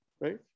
right